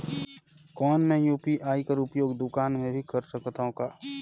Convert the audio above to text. कौन मै यू.पी.आई कर उपयोग दुकान मे भी कर सकथव का?